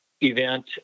event